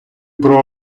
про